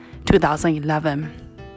2011